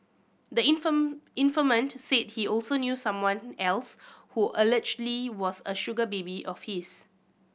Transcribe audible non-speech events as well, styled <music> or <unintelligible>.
the <unintelligible> informant said he also knew someone else who allegedly was a sugar baby of his